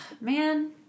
man